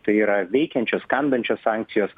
tai yra veikiančios kandančios sankcijos